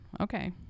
okay